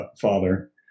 father